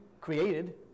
created